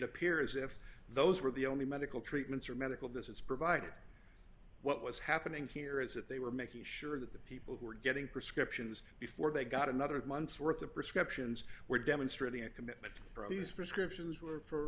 appear as if those were the only medical treatments or medical this is provided what was happening here is that they were making sure that the people who were getting prescriptions before they got another of month's worth of prescriptions were demonstrating a commitment from these prescriptions were for